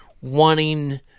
wanting